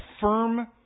firm